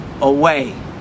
away